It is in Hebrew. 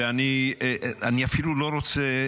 ואני אפילו לא רוצה